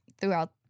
throughout